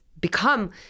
become